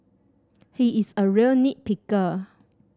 he is a real nit picker